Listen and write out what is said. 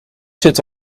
zit